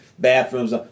bathrooms